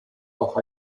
auch